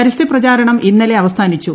പര്സ്ട്രപ്രചാരണം ഇന്നലെ അവസാനിച്ചു